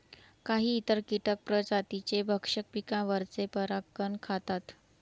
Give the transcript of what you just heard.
काही इतर कीटक प्रजातींचे भक्षक पिकांवरचे परागकण खातात